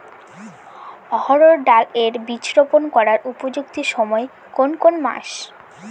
অড়হড় ডাল এর বীজ রোপন করার উপযুক্ত সময় কোন কোন মাস?